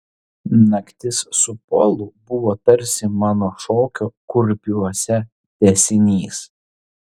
naktis su polu buvo tarsi mano šokio kurpiuose tęsinys